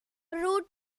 reuters